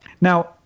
Now